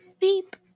Beep